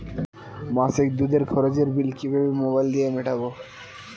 মাসিক দুধের খরচের বিল কিভাবে মোবাইল দিয়ে মেটাব?